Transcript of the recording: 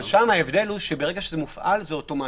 ההבדל הוא ששם, ברגע שזה מופעל, זה אוטומטי.